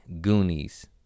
Goonies